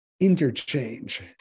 interchange